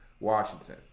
Washington